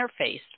interface